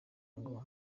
ngo